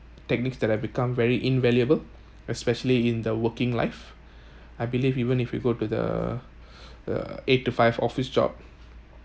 techniques that have become very invaluable especially in the working life I believe even if we go to the uh eight to five office job